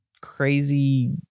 crazy